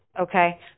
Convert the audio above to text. okay